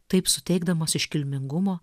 taip suteikdamas iškilmingumo